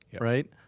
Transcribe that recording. right